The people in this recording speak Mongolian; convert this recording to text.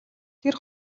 тэр